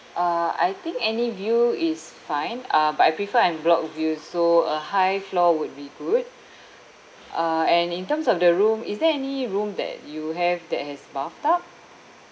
uh I think any view is fine uh but I prefer unblocked view so a high floor would be good uh and in terms of the room is there any room that you have that has bathtub